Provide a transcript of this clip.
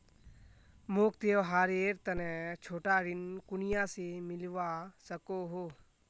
मोक त्योहारेर तने छोटा ऋण कुनियाँ से मिलवा सको हो?